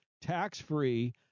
tax-free